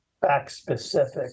fact-specific